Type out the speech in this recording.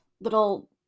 little